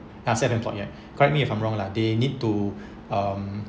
ah self-employed ya correct me if I'm wrong lah they need to um